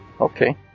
Okay